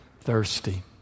thirsty